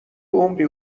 عمری